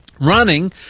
Running